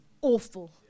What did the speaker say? awful